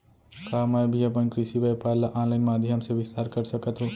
का मैं भी अपन कृषि व्यापार ल ऑनलाइन माधयम से विस्तार कर सकत हो?